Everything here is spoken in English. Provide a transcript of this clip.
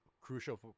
crucial